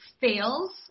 fails